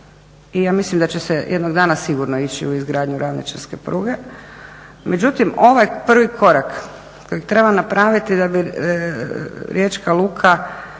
I ja mislim da će se jednog dana sigurno ići u izgradnju ravničarske pruge. Međutim, ovaj prvi korak kojeg treba napraviti da bi Riječka luka